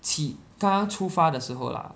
起刚刚出发的时候 lah